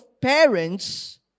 parents